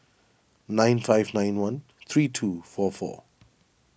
nine five nine one three two four four